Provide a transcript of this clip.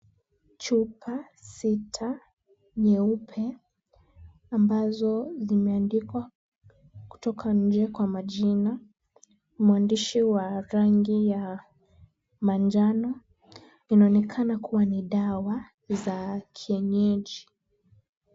Chupa sita nyeupe, ambazo zimeandikwa kutoka nje kwa majina, mwandishi ya rangi ya manjano, Inaonekana kuwa ni dawa za kienyeji.